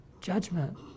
Judgment